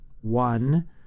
one